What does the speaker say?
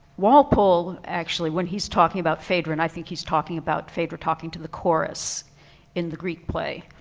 walpole actually when he's talking about phaedra and i think he's talking about phaedra talking to the chorus in the greek play